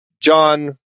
John